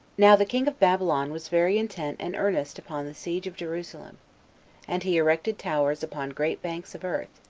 now the king of babylon was very intent and earnest upon the siege of jerusalem and he erected towers upon great banks of earth,